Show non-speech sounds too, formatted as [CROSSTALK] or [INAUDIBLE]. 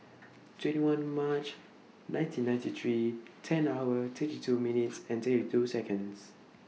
[NOISE] twenty one March nineteen ninety three ten hours thirty two minutes and thirty two Seconds